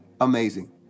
amazing